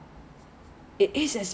没有包 insurance everything